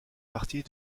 partie